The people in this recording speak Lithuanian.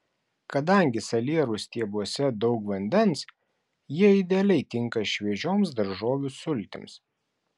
kadangi salierų stiebuose daug vandens jie idealiai tinka šviežioms daržovių sultims